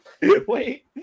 Wait